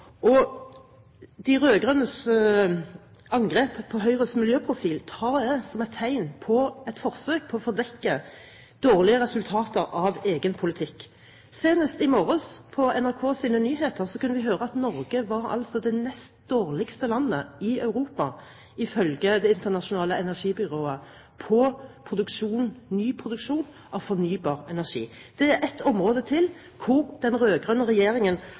kampen. De rød-grønnes angrep på Høyres miljøprofil tar jeg som et tegn på et forsøk på å dekke for dårlige resultater av egen politikk. Senest i morges, på NRKs nyheter, kunne vi høre at Norge var det nest dårligste landet i Europa på ny produksjon av fornybar energi ifølge Det internasjonale energibyrå. Det er ett område til hvor den rød-grønne regjeringen